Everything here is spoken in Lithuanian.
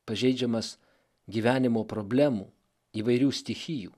pažeidžiamas gyvenimo problemų įvairių stichijų